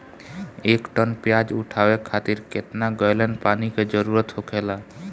एक टन प्याज उठावे खातिर केतना गैलन पानी के जरूरत होखेला?